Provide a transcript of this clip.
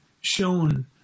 shown